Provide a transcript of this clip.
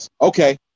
Okay